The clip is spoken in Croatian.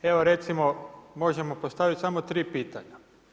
Evo recimo možemo postaviti samo tri pitanja.